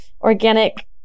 organic